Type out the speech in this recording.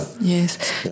Yes